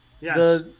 Yes